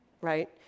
right